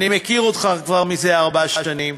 אני מכיר אותך כבר ארבע שנים.